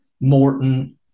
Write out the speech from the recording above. Morton